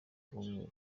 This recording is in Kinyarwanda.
umweru